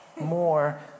more